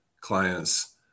clients